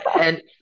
And-